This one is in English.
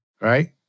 right